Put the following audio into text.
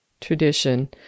tradition